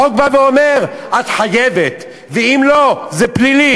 החוק בא ואומר: את חייבת, ואם לא, זה פלילי.